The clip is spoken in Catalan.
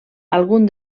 algun